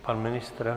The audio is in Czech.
Pan ministr?